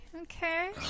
okay